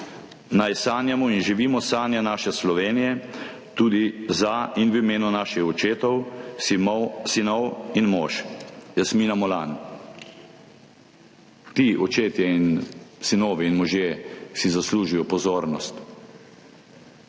Naj sanjamo in živimo sanje naše Slovenije tudi za in v imenu naših očetov, sinov in mož.« Jasmina Molan. Ti očetje in sinovi in možje si zaslužijo pozornost.